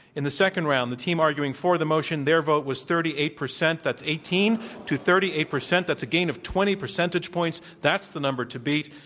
in the second round, the team arguing for the motion their vote was thirty eight percent. that's eighteen to thirty eight percent. that's a gain of twenty percentage points. that's the number to beat.